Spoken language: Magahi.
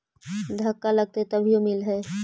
धक्का लगतय तभीयो मिल है?